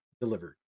delivered